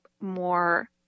more